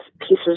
pieces